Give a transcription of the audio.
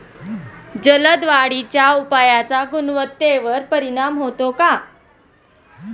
जलद वाढीच्या उपायाचा गुणवत्तेवर परिणाम होतो का?